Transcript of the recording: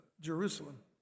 Jerusalem